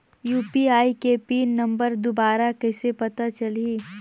UPI के pin number दुबारा कइसे पता चलही?